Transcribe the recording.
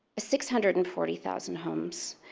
six hundred and forty thousand homes,